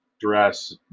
dress